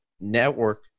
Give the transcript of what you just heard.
network